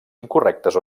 incorrectes